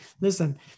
Listen